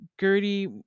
Gertie